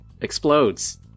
explodes